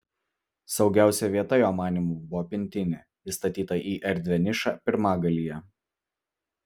saugiausia vieta jo manymu buvo pintinė įstatyta į erdvią nišą pirmagalyje